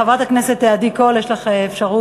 חברת הכנסת עדי קול, יש לך אפשרות